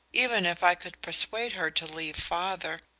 even if i could persuade her to leave father.